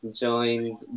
joined